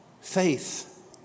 Faith